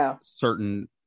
certain